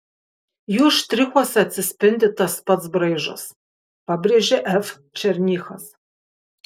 jų štrichuose atsispindi tas pats braižas pabrėžė f černychas